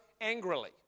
angrily